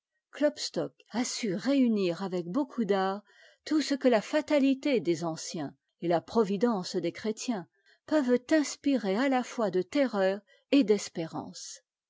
klopstock a su réunir avec beaucoup d'art tout ce que la fatalité des anciens et la providence des chrétiens peuvent inspirer à la fois de terreur et d'espérance